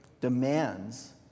demands